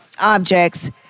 objects